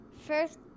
first